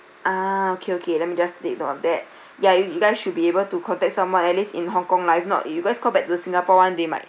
ah okay okay let me just take note of that ya you you guys should be able to contact someone at least in hong kong lah if not you guys called back to singapore [one] they might